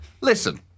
listen